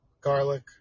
garlic